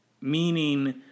meaning